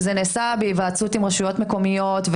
שזה נעשה בהיוועצות עם רשויות מקומיות.